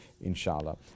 inshallah